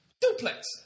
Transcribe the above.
Duplex